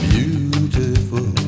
Beautiful